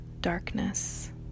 darkness